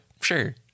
Sure